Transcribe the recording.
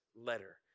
letter